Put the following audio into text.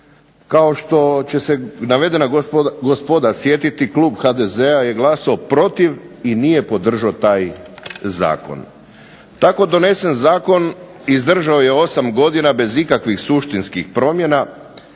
Kao što će se navedena gospoda sjetiti klub HDZ-a je glasao protiv i nije podržao taj zakon. Tako donesen zakon izdržao je 8 godina bez ikakvih suštinskih promjena,